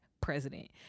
president